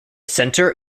center